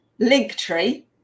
Linktree